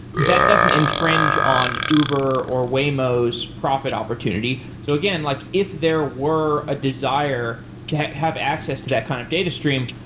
that doesn't infringe on uber or waymo's profit opportunity. so again, like if there were a desire to have access to that kind of data stream,